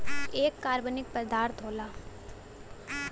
एक कार्बनिक पदार्थ होला